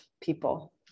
people